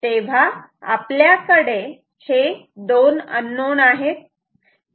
तेव्हा आपल्याकडे हे दोन अननोन आहेत